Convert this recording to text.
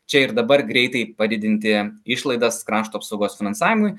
čia ir dabar greitai padidinti išlaidas krašto apsaugos finansavimui